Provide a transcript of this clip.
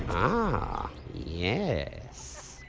ah, yes,